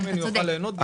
הקונה ממני יוכל ליהנות.